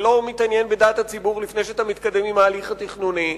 ולא מתעניין בדעת הציבור לפני שאתה מתקדם עם ההליך התכנוני,